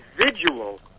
individual